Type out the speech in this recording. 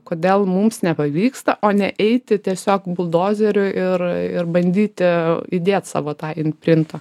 kodėl mums nepavyksta o ne eiti tiesiog buldozeriu ir ir bandyti įdėt savo tą inprintą